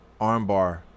armbar